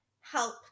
help